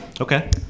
Okay